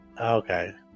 Okay